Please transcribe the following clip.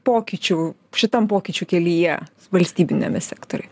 pokyčių šitam pokyčių kelyje valstybiniame sektoriuje